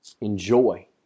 enjoy